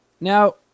Now